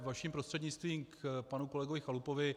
Vaším prostřednictvím k panu kolegovi Chalupovi.